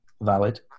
valid